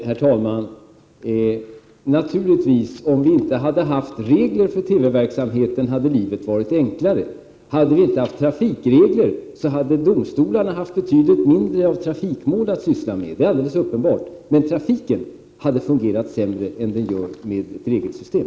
Herr talman! Naturligtvis hade livet varit enklare om vi inte hade haft regler för TV-verksamheten. Hade vi inte haft trafikregler, hade domstolarna haft betydligt färre trafikmål att syssla med. Det är alldeles uppenbart. Men trafiken hade fungerat sämre än den gör med ett regelsystem.